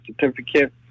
certificate